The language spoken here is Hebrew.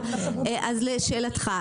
לשאלתך.